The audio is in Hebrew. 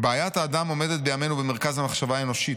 "בעיית האדם עומדת בימינו במרכז המחשבה האנושית.